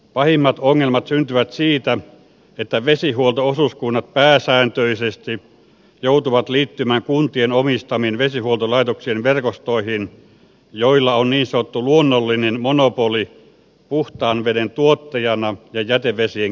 pahimmat ongelmat syntyvät siitä että vesihuolto osuuskunnat pääsääntöisesti joutuvat liittymään kuntien omistamien vesihuoltolaitoksien verkostoihin joilla on niin sanottu luonnollinen monopoli puhtaan veden tuottajana ja jätevesien käsittelyssä